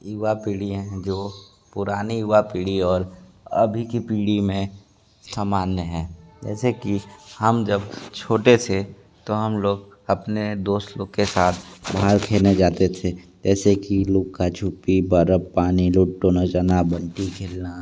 युवा पीढ़ी है जो पुरानी हुआ पीढ़ी और अभी की पीढ़ी में सामान्य है जैसे कि हम जब छोटे थे तो हम लोग अपने दोस्त लोग के साथ बाहर खेलने जाते थे जैसे कि लुका छुपी बर्फ पानी लूटो ना जाना बंटी खेलना